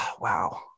wow